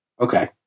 Okay